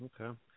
Okay